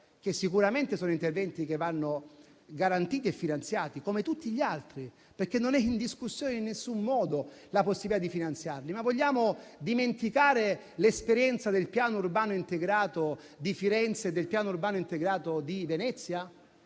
che sicuramente sono interventi che vanno garantiti e finanziati come tutti gli altri, perché non è in discussione in alcun modo la possibilità di finanziarli. Vogliamo dimenticare l'esperienza del Piano urbano integrato di Firenze e del Piano urbano integrato di Venezia?